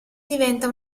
diventa